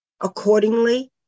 Accordingly